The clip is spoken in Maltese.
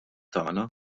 tagħna